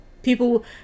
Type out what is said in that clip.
People